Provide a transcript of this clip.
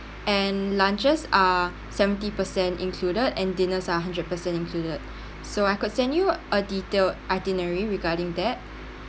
and lunches are seventy percent included and dinners are hundred percent included so I could send you a detailed itinerary regarding that